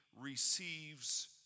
receives